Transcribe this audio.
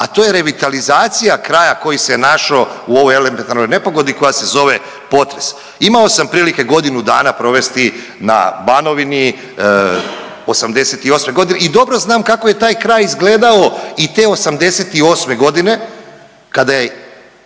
a to je revitalizacija kraja koji se našao u ovoj elementarnoj nepogodi koja se zove potres. Imao sam prilike godinu dana provesti na Banovini '88. godine i dobro znam kako je taj kraj izgledao i te '88. godine kada je